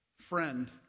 friend